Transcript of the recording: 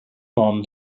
ond